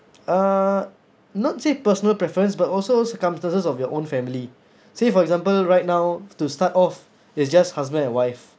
uh not say personal preference but also circumstances of your own family say for example right now to start off it's just husband and wife